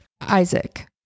Isaac